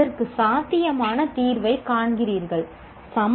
இதற்கு சாத்தியமான தீர்வைக் காண்கிறீர்களா